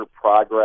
progress